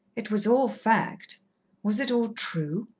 it was all fact was it all true?